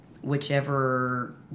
whichever